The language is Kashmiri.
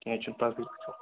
کینٛہہ چھُنہٕ پگہٕے وٕچھو